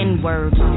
N-words